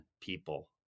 people